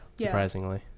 surprisingly